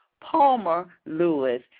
Palmer-Lewis